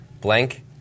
Blank